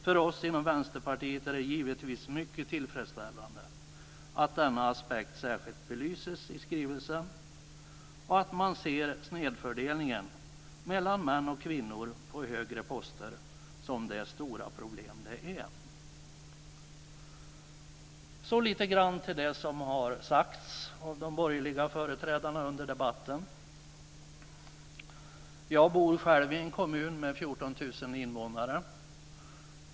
För oss inom Vänsterpartiet är det givetvis mycket tillfredsställande att denna aspekt särskilt belyses i skrivelsen och att man ser snedfördelningen mellan män och kvinnor på högre poster som det stora problem det är. Så lite grann om det som har sagt av de borgerliga företrädarna under debatten. Jag själv bor i en kommun med 14 000 invånare.